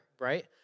right